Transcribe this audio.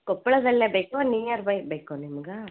ಕೊಪ್ಪಳದಲ್ಲೆ ಬೇಕೋ nearby ಬೇಕೋ ನಿಮ್ಗೆ